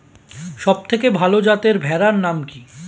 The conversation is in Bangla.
সবথেকে ভালো যাতে ভেড়ার নাম কি?